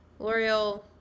L'Oreal